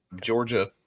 Georgia